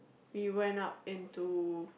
you went up into